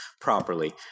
properly